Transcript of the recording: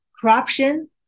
corruption